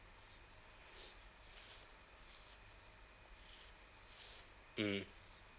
mm